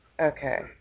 Okay